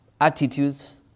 attitudes